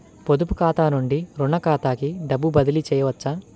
పొదుపు ఖాతా నుండీ, రుణ ఖాతాకి డబ్బు బదిలీ చేయవచ్చా?